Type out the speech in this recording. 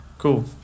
cool